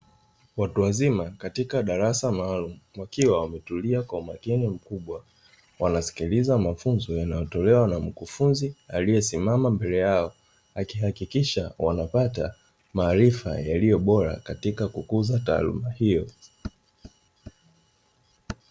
Watu wazima katika darasa maalumu wakiwa wametulia kwa umakini mkubwa, wanasikiliza mafunzo yanayotolewa na mkufunzi aliyesimama mbele yao; akihakikisha wanapata maarifa yaliyo bora katika kukuza taaluma hiyo.